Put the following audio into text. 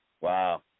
Wow